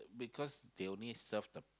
because they only serve the